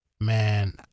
Man